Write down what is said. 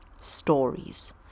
Stories